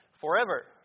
forever